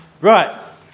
right